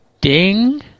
Ding